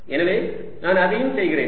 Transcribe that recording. எனவே நான் அதையும் செய்கிறேன்